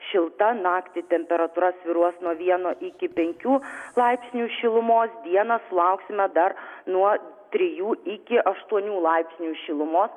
šilta naktį temperatūra svyruos nuo vieno iki penkių laipsnių šilumos dieną sulauksime dar nuo trijų iki aštuonių laipsnių šilumos